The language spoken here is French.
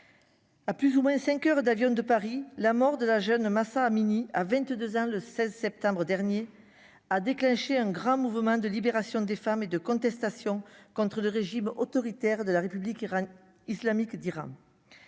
à plus ou moins 5 heures d'avion de Paris, la mort de la jeune Mahsa Amini à 22 ans le 16 septembre dernier a déclenché un grand mouvement de libération des femmes et de contestation contre le régime autoritaire de la République islamique d'Iran,